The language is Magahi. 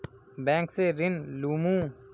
बैंक से ऋण लुमू?